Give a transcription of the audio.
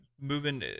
moving